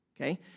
okay